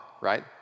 right